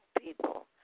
people